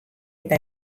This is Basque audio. eta